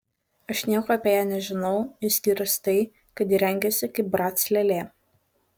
aš nieko apie ją nežinau išskyrus tai kad ji rengiasi kaip brac lėlė